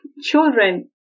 children